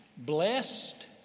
Blessed